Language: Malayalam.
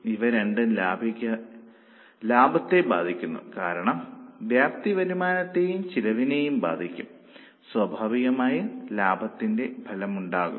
ഇവ രണ്ടും ലാഭത്തെ ബാധിക്കുന്നു കാരണം വ്യാപ്തി വരുമാനത്തെയും ചെലവിനെയും ബാധിക്കും സ്വാഭാവികമായും ലാഭത്തിന്റെ ഫലമുണ്ടാകും